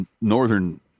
northern